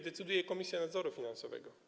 Decyduje Komisja Nadzoru Finansowego.